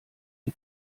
die